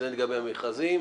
זה לגבי המכרזים.